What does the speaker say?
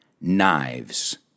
knives